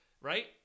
right